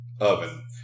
oven